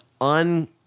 un